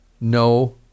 no